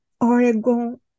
Oregon